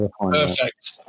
Perfect